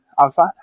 outside